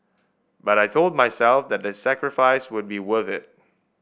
but I told myself that the sacrifice would be worth it